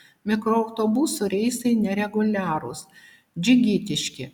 mikroautobusų reisai nereguliarūs džigitiški